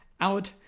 out